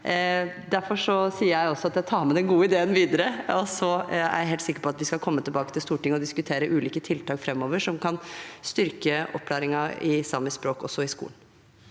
Derfor sier jeg også at jeg tar med den gode ideen videre, og så er jeg helt sikker på at vi skal komme tilbake til Stortinget og diskutere ulike tiltak som framover kan styrke opplæringen i samisk språk også i skolen.